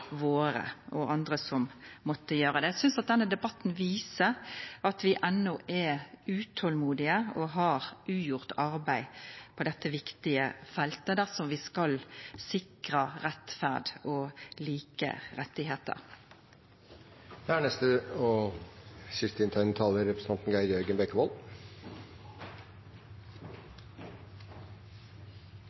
våre. Eg synest denne debatten viser at vi enno er utolmodige og har ugjort arbeid på dette viktige feltet dersom vi skal sikra rettferd og like